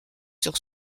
sur